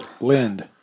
Lind